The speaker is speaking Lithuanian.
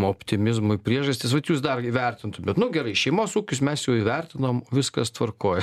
optimizmui priežastys vat jūs dar įvertintumėt nu gerai šeimos ūkius mes jau įvertinom viskas tvarkoj